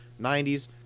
90s